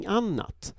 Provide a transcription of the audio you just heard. annat